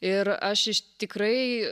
ir aš iš tikrai